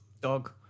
dog